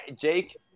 jake